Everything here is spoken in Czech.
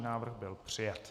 Návrh byl přijat.